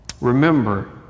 Remember